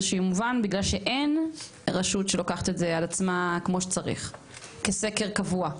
שהוא מובן בגלל שאין רשות שלוקחת את זה על עצמה כמו שצריך כסקר קבוע.